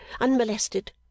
unmolested